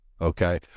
okay